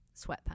sweatpants